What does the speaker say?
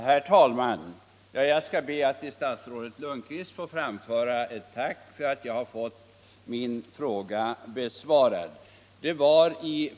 Herr talman! Jag vill till statsrådet Lundkvist framföra ett tack för att jag har fått min fråga besvarad.